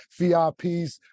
VIPs